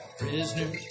prisoner